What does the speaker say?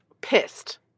pissed